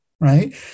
right